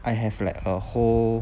I have like a whole